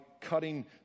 cutting